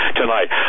tonight